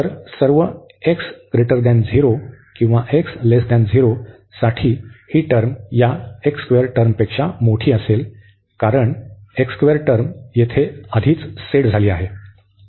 तर सर्व x 0 किंवा x 0 साठी ही टर्म या टर्मपेक्षा मोठी असेल कारण टर्म येथे आधीच सेट झाली आहे